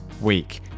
week